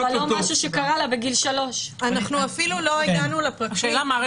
אבל לא משהו שקרה לה בגיל 3. אנחנו אפילו לא הגענו לפרקליט.